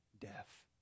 death